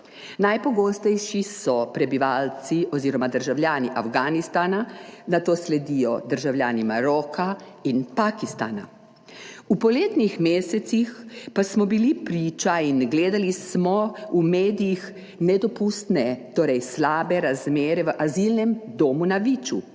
Najpogostejši so prebivalci oz. državljani Afganistana, nato sledijo državljani Maroka in Pakistana. V poletnih mesecih pa smo bili priča in gledali smo v medijih nedopustne, torej slabe razmere v azilnem domu na Viču.